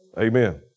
Amen